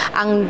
ang